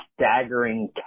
staggering